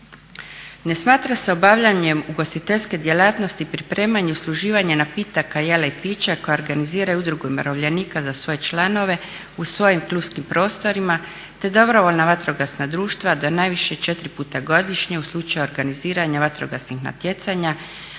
Ne smatra se obavljanjem ugostiteljske djelatnosti pripremanje, usluživanja napitaka jela i pića koja organiziraju udruge umirovljenika za svoje članove u svojim klupskim prostorima, te dobrovoljna vatrogasna društva do najviše 4 puta godišnje u slučaju organiziranja vatrogasnih natjecanja,